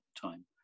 time